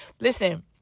Listen